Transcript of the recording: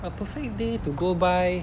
a perfect day to go by